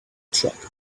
truck